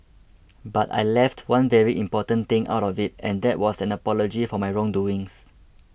but I left one very important thing out of it and that was an apology for my wrong doings